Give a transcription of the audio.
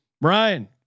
Brian